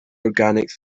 organic